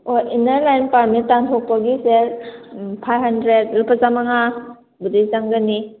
ꯑꯣ inner line permit ꯇꯥꯟꯊꯣꯛꯄꯒꯤꯁꯦ ꯐꯥꯏꯕ ꯍꯟꯗ꯭ꯔꯦꯗ ꯂꯨꯄꯥ ꯆꯥꯝꯃꯉꯥ ꯕꯨꯗꯤ ꯆꯪꯒꯅꯤ